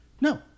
No